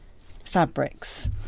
fabrics